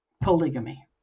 polygamy